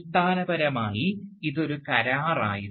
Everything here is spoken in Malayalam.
അടിസ്ഥാനപരമായി ഇത് ഒരു കരാറായിരുന്നു